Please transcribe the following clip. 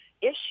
issue